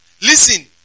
Listen